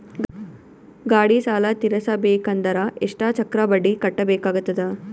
ಗಾಡಿ ಸಾಲ ತಿರಸಬೇಕಂದರ ಎಷ್ಟ ಚಕ್ರ ಬಡ್ಡಿ ಕಟ್ಟಬೇಕಾಗತದ?